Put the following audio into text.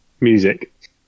Music